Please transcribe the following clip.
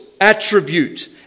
attribute